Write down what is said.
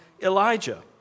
Elijah